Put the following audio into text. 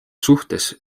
suhtes